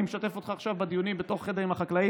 אני משתף אותך עכשיו בדיונים שבתוך החדר עם החקלאים.